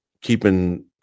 keeping